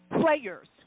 players